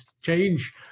change